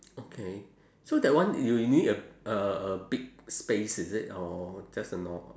okay so that one you you need a a big space is it or just a nor~